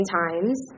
times